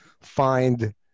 find